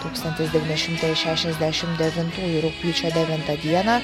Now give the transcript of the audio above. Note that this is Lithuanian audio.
tūkstantis devyni šimtai šešiasdešimt devintųjų rugpjūčio devintą dieną